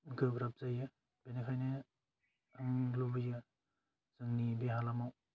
गोब्राब जायो बेनिखायनो आं लुबैयो जोंनि बे हालामाव